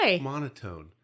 monotone